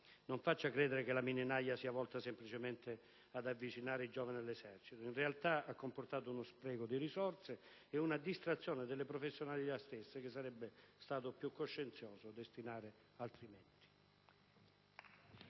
non faccia credere che la mini naja sia volta semplicemente ad avvicinare i giovani alle Forze armate. In realtà, ha comportato uno spreco di risorse e una distrazione delle stesse professionalità, che sarebbe stato più coscienzioso destinare altrimenti.